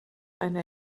eine